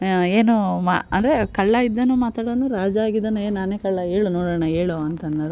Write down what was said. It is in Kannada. ಏನೋ ಮ ಅಂದರೆ ಕಳ್ಳ ಇದ್ದೋನು ಮಾತಾಡೋನು ರಾಜ ಆಗಿದ್ದೋನು ಎ ನಾನೇ ಕಳ್ಳ ಹೇಳು ನೋಡೋಣ ಹೇಳು ಅಂತನ್ನೋರು